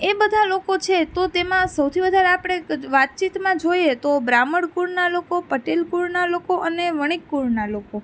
એ બધાં લોકો છે તો તેમાં સૌથી વધારે આપણે વાતચીતમાં જોઈએ તો બ્રાહ્મણ કુળનાં લોકો પટેલ કુળનાં લોકો અને વણિક કુળનાં લોકો